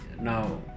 Now